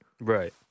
right